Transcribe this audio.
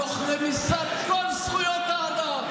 תוך רמיסת כל זכויות האדם,